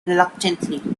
reluctantly